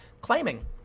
claiming